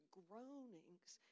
groanings